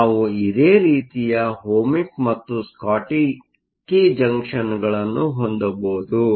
ಆದ್ದರಿಂದ ನಾವು ಇದೇ ರೀತಿಯ ಓಹ್ಮಿಕ್ ಮತ್ತು ಸ್ಕಾಟ್ಕಿ ಜಂಕ್ಷನ್ಗಳನ್ನು ಹೊಂದಬಹುದು